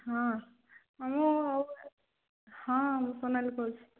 ହଁ ମାମୁଁ ଆଉ ହଁ ସୋନାଲି କହୁଛି